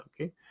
Okay